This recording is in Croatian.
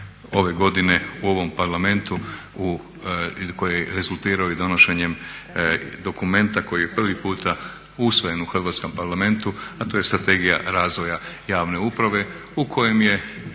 ove godine u ovom Parlamentu koji je rezultirao i donošenjem dokumenta koji je prvi puta usvojen u Hrvatskom parlamentu a to je Strategija razvoja javne uprave u kojem je,